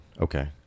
Okay